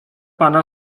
pana